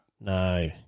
No